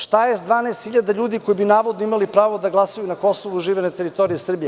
Šta je sa 12.000 ljudi koji bi navodno imali pravo da glasaju na Kosovu, žive na teritoriji Srbije?